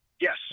Yes